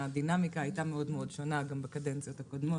הדינמיקה הייתה מאוד שונה גם בקדנציות הקודמות,